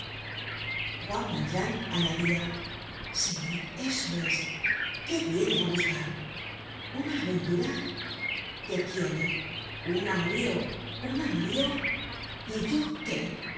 juan valjean añadia sí eso es qué viene á buscar una aventura qué quiere un amorío un amorío y yo qué